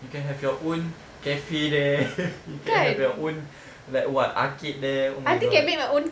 you can have your own cafe there you can have your own like what arcade there oh my god